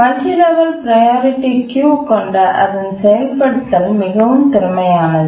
multi level priority queue கொண்ட அதன் செயல்படுத்தல் மிகவும் திறமையானது